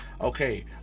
okay